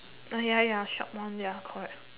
ya ya shop one ya correct